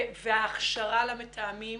ההכשרה למתאמים,